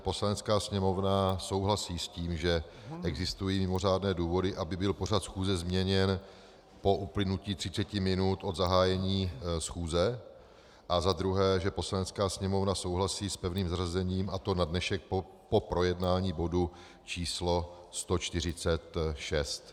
Poslanecká sněmovna souhlasí s tím, že existují mimořádné důvody, aby byl pořad schůze změněn po uplynutí 30 minut od zahájení schůze, a za druhé, že Poslanecká sněmovna souhlasí s pevným zařazením, a to na dnešek po projednání bodu číslo 146.